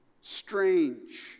strange